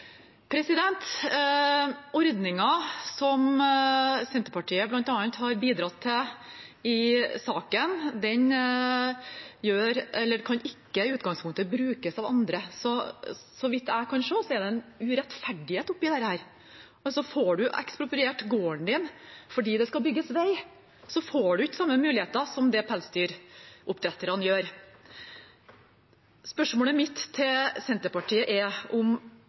som Senterpartiet bl.a. har bidratt til i saken, kan ikke i utgangspunktet brukes av andre, så så vidt jeg kan se, er det en urettferdighet i dette. Får man ekspropriert gården sin fordi det skal bygges vei, får man ikke samme muligheter som det pelsdyroppdretterne gjør. Spørsmålet mitt til Senterpartiet er: